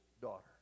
daughter